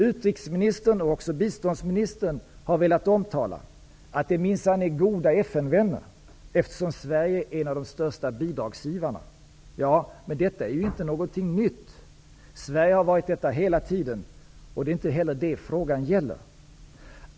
Utrikesministern och även biståndsministern har velat omtala att de minsann är goda FN-vänner, eftersom Sverige är en av de största bidragsgivarna. Ja, men detta är inte något nytt. Sverige har varit detta hela tiden, och det är inte heller det frågan gäller.